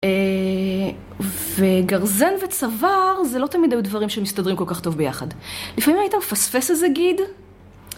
אה... וגרזן וצוואר זה לא תמיד היו דברים שמסתדרים כל כך טוב ביחד. לפעמים היית מפספס איזה גיד?